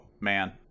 man